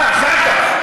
אה, אחר כך,